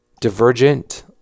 Divergent